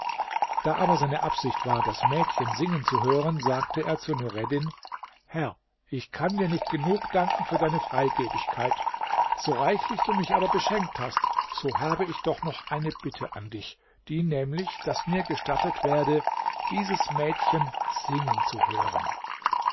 da aber seine absicht war das mädchen singen zu hören sagte er zu nureddin herr ich kann dir nicht genug danken für deine freigebigkeit so reichlich du mich aber beschenkt hast so habe ich doch noch eine bitte an dich die nämlich daß mir gestattet werde dieses mädchen singen zu hören